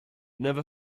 never